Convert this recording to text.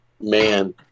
Man